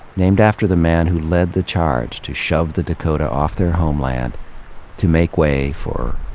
named after the man who led the charge to shove the dakota off their homeland to make way for,